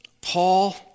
Paul